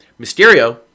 Mysterio